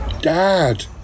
Dad